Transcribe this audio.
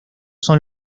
son